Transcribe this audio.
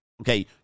Okay